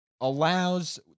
allows –